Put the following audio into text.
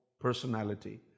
personality